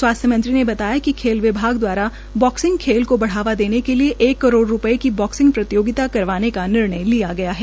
स्वासथ्य मंत्री ने बताया कि खेल विभाग द्वारा बॉकसिंग खेल को बढ़ावा देने के लिए एक करोड़ रूपये की बॉकसिंग प्रतियोगिता करवाने का निर्णय लिया गया है